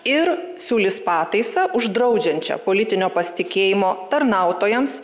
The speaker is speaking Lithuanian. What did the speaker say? ir siūlys pataisą uždraudžiančią politinio pasitikėjimo tarnautojams